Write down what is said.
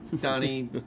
Donnie